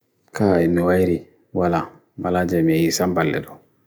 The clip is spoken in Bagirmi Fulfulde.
kaa innuairi wala malajemi isamballiru.